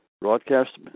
Broadcast